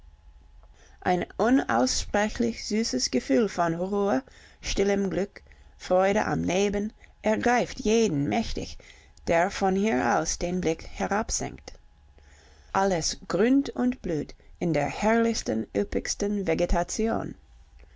ein unaussprechlich süßes gefühl von ruhe stillem glück freude am leben ergreift jeden mächtig der von hier aus den blick herabsenkt alles grünt und blüht in der herrlichsten üppigsten vegetation